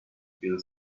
feel